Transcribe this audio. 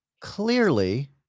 Clearly